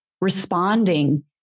responding